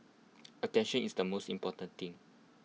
attention is the most important thing